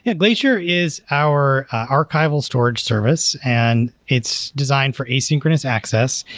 yeah glacier is our archival storage service and it's designed for asynchronous access.